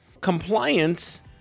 Compliance